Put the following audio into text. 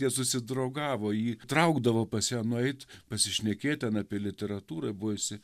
jie susidraugavo jį traukdavo pas ją nueit pasišnekėt ten apie literatūrą buvusi